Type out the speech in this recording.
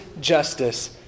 justice